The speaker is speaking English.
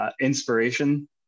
inspiration